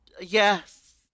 Yes